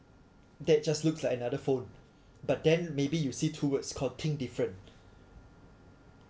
that just looks like another phone but then maybe you will see two words called think different